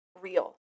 real